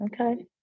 Okay